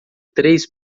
três